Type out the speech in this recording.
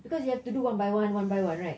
because you have to do one by one one by one right